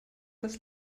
das